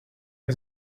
and